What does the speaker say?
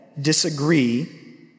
disagree